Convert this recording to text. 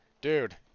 Dude